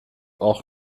auch